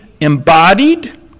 embodied